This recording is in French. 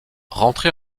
rentré